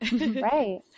Right